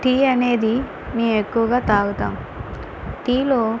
tea అనేది మేము ఎక్కువగా తాగుతాము టీలో